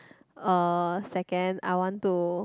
uh second I want to